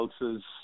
else's